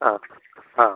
ಹಾಂ ಹಾಂ